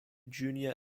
junior